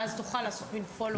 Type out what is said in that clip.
ואז תוכל לעשות מעקב.